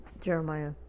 Jeremiah